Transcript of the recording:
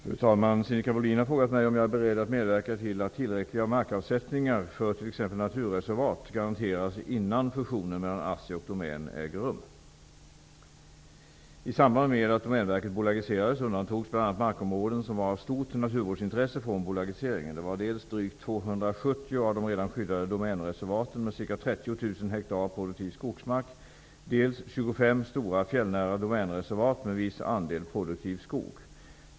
Fru talman! Sinikka Bohlin har frågat mig om jag är beredd att medverka till att tillräckliga markavsättningar för t.ex. naturreservat garanteras innan fusionen mellan ASSI och Domän äger rum. I samband med att Domänverket bolagiserades undantogs bl.a. markområden som var av stort naturvårdsintresse från bolagiseringen. Det var dels drygt 270 av de redan skyddade domänreservaten med ca 30 000 ha produktiv skogsmark, dels 25 stora fjällnära domänreservat med viss andel produktiv skog.